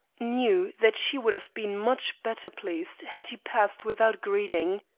knew that she would have been much better pleased had he passed without greeting.